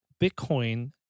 Bitcoin